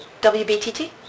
WBTT